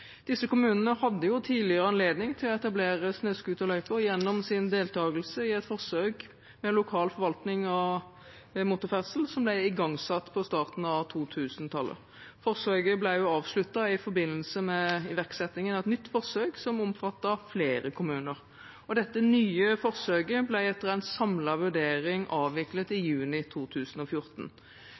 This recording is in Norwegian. Disse kommunene hadde tidligere anledning til å etablere snøscooterløyper gjennom sin deltakelse i et forsøk med lokal forvaltning av motorferdsel, som ble igangsatt på starten av 2000-tallet. Forsøket ble avsluttet i forbindelse med iverksettingen av et nytt forsøk som omfatter flere kommuner. Dette nye forsøket ble etter en samlet vurdering avviklet i juni 2014.